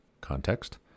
context